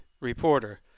reporter